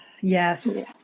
Yes